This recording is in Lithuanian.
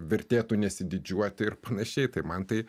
vertėtų nesididžiuoti ir panašiai tai man tai